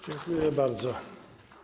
Dziękuję bardzo.